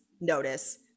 notice